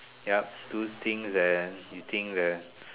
yup do things that you think that